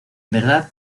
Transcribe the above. verdad